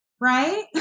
Right